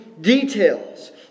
details